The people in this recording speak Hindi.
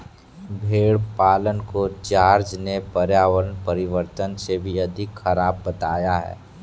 भेड़ पालन को जॉर्ज ने पर्यावरण परिवर्तन से भी अधिक खराब बताया है